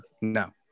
no